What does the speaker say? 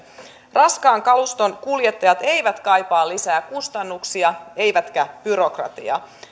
raskaan kaluston kuljettajat eivät kaipaa lisää kustannuksia eivätkä byrokratiaa